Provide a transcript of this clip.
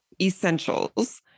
essentials